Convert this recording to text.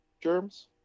germs